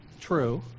true